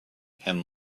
and